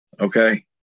okay